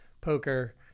poker